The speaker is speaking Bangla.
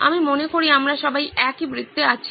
আমি মনে করি আমরা সবাই একই বৃত্তে আছি